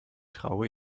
traue